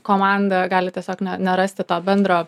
komanda gali tiesiog nerasti to bendro